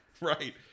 Right